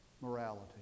morality